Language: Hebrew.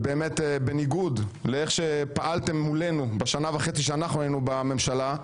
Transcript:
ובניגוד לאיך שפעלתם מולנו בשנה וחצי שאנחנו היינו בממשלה,